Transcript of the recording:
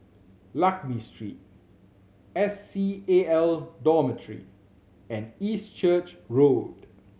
Lakme Street S C A L Dormitory and East Church Road